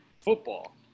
football